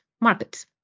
markets